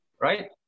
right